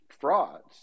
frauds